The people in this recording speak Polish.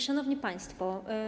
Szanowni Państwo!